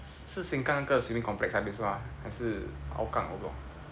是 Sengkang 那个 swimming complex 那边是吗还是 Hougang